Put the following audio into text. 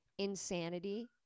insanity